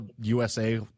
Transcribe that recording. USA